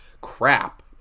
crap